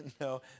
No